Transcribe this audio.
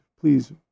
please